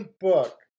book